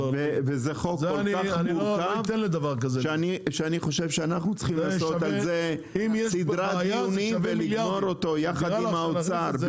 זה חוק מורכב מאוד שמצריך סדרת דיונים ובהסכמת האוצר.